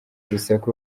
urusaku